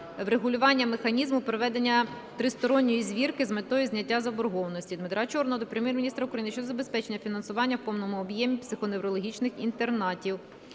врегулювання механізму проведення тристоронньої звірки з метою зняття заборгованості. Дмитра Чорного до Прем'єр-міністра України щодо забезпечення фінансування в повному об'ємі психоневрологічних інтернатів.